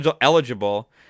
eligible